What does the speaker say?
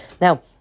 Now